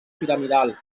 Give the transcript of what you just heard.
piramidal